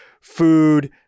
food